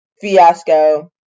fiasco